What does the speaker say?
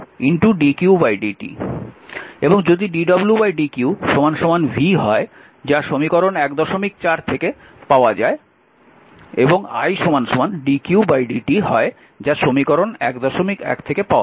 এবং যদি dwdq v হয় যা সমীকরণ 14 থেকে পাওয়া যায় এবং i dqdt হয় যা সমীকরণ 11 থেকে পাওয়া যায়